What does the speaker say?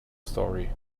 story